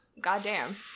goddamn